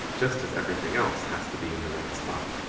just as everything else has to be in the right spot.